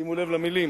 שימו לב למלים,